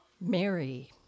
Mary